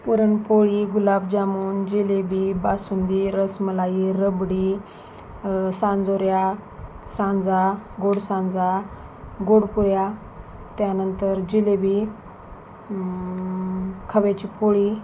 पुरणपोळी गुलाबजामून जिलेबी बासुंदी रसमलाई रबडी सांजोऱ्या सांजा गोड सांजा गोड पुऱ्या त्यानंतर जिलेबी खव्याची पोळी